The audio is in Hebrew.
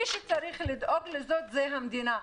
מי שצריך לדאוג לזה היא המדינה.